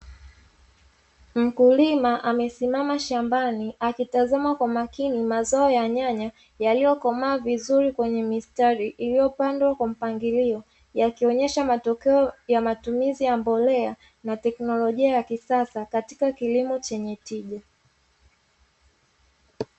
Mkulima amesimama shambani akitazama kwa makiniazao ya nyanya yaliokomaa vizuri kwenye mistari iliyopandwa kwa mpangilio. Yakionyesha matokeo ya matumizi ya mbolea na teknolojia ya kisasa katika kilimo chenye tija.